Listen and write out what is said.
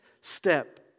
step